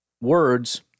words